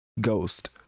Ghost